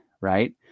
right